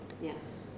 Yes